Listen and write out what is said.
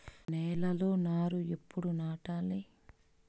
నేలలో నారు ఎప్పుడు నాటాలి?